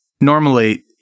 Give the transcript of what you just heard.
Normally